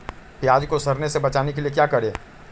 प्याज को सड़ने से बचाने के लिए क्या करें?